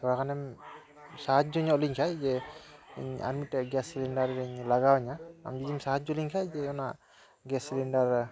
ᱛᱷᱚᱲᱟ ᱜᱟᱱᱮᱢ ᱥᱟᱦᱟᱡᱽᱡᱚ ᱧᱚᱜ ᱞᱤᱧ ᱠᱷᱟᱱ ᱡᱮ ᱤᱧ ᱟᱨ ᱢᱤᱫᱴᱮᱱ ᱜᱮᱥ ᱥᱤᱞᱤᱱᱰᱟᱨ ᱤᱧ ᱞᱟᱜᱟᱣᱤᱧᱟ ᱟᱢ ᱡᱩᱫᱤᱢ ᱥᱟᱦᱟᱡᱽᱡᱚ ᱞᱤᱧ ᱠᱷᱟᱱ ᱡᱮ ᱚᱱᱟ ᱜᱮᱥ ᱥᱤᱞᱤᱱᱰᱟᱨ